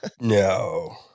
No